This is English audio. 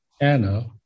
Anna